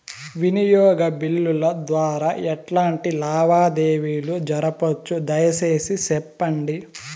వినియోగ బిల్లుల ద్వారా ఎట్లాంటి లావాదేవీలు జరపొచ్చు, దయసేసి సెప్పండి?